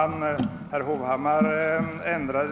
Herr talman!